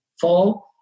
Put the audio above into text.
fall